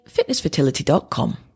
fitnessfertility.com